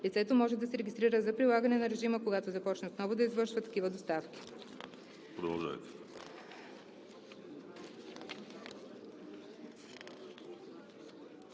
лицето може да се регистрира за прилагане на режима, когато започне отново да извършва такива доставки.“ По